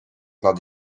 nad